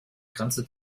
grenze